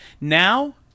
Now